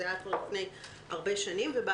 זה היה כבר לפני שנים רבות.